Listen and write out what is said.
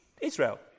Israel